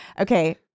Okay